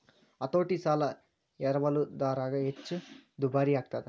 ಹತೋಟಿ ಸಾಲ ಎರವಲುದಾರಗ ಹೆಚ್ಚ ದುಬಾರಿಯಾಗ್ತದ